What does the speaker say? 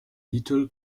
little